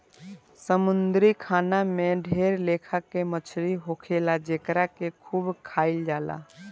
समुंद्री खाना में ढेर लेखा के मछली होखेले जेकरा के खूब खाइल जाला